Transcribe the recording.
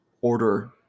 order